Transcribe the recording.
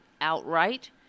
outright